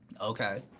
Okay